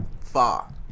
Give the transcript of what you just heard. Far